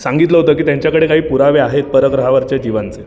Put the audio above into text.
सांगितलं होतं की त्यांच्याकडे काही पुरावे आहेत परग्रहावरचे जीवांचे